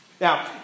Now